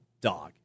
dog